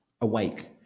awake